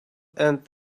and